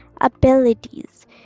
abilities